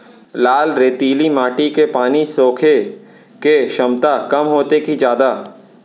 लाल रेतीली माटी के पानी सोखे के क्षमता कम होथे की जादा?